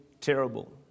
terrible